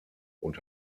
und